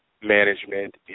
management